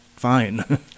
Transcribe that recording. Fine